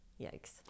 yikes